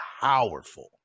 powerful